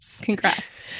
congrats